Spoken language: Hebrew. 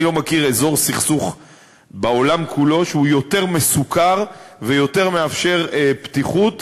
אני לא מכיר אזור סכסוך בעולם כולו שהוא יותר מסוקר ויותר מאפשר פתיחות